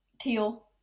Teal